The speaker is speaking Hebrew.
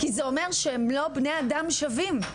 זה אומר שהם לא בני אדם שווים.